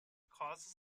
causes